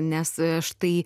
nes štai